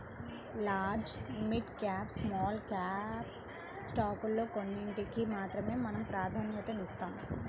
large, mid cap, small cap స్టాకుల్లో కొన్నిటికి మాత్రమే మనం ప్రాధన్యతనిస్తాం